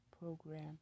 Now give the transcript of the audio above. program